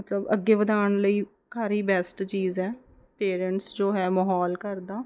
ਮਤਲਬ ਅੱਗੇ ਵਧਾਉਣ ਲਈ ਘਰ ਹੀ ਬੈਸਟ ਚੀਜ਼ ਹੈ ਪੇਰੈਂਟਸ ਜੋ ਹੈ ਮਾਹੌਲ ਘਰ ਦਾ